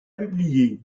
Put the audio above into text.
publié